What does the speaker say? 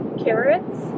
carrots